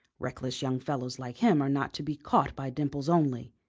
reckless young fellows like him are not to be caught by dimples only.